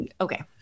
okay